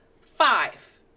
Five